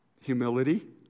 humility